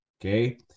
Okay